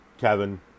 Kevin